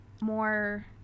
more